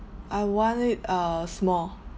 I want it uh small